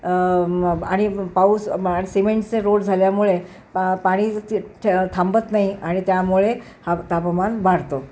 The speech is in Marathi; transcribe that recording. आणि पाऊस सिमेंटचे रोड झाल्यामुळे पाणी ते थांबत नाही आणि त्यामुळे हा तापमान वाढतो